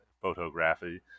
photography